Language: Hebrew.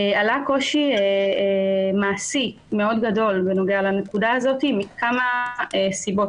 עלה קושי מעשי מאוד גדול בנוגע לנקודה הזאת וזאת מכמה סיבות.